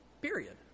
Period